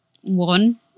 one